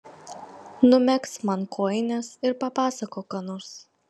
numegzk man kojines ir papasakok ką nors